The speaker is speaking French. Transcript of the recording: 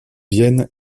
vienne